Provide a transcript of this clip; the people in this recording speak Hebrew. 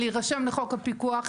להירשם לחוק הפיקוח,